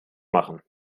machen